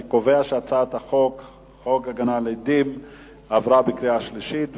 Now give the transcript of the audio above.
אני קובע שהצעת חוק הגנה על עדים (תיקון מס' 3) עברה בקריאה שלישית,